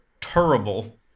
terrible